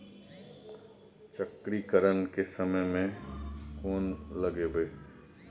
चक्रीकरन के समय में कोन लगबै?